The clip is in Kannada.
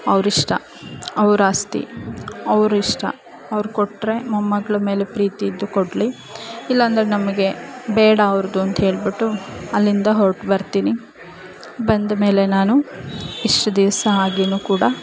ಅವರಿಷ್ಟ ಅವ್ರ ಆಸ್ತಿ ಅವರಿಷ್ಟ ಅವ್ರು ಕೊಟ್ಟರೆ ಮೊಮ್ಮಗ್ಳ ಮೇಲೆ ಪ್ರೀತಿ ಇದ್ದು ಕೊಡಲಿ ಇಲ್ಲಾಂದ್ರೆ ನಮಗೆ ಬೇಡ ಅವ್ರದ್ದು ಅಂತ್ಹೇಳಿಬಿಟ್ಟು ಅಲ್ಲಿಂದ ಹೊರಟ್ಬರ್ತೀನಿ ಬಂದ ಮೇಲೆ ನಾನು ಇಷ್ಟು ದಿವಸ ಆಗಿಯೂ ಕೂಡ